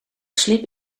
slib